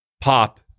pop